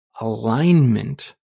alignment